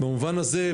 במובן הזה,